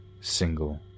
Single